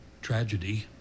tragedy